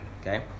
Okay